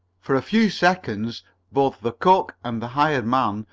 for a few seconds both the cook and the hired man,